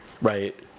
Right